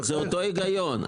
היגיון.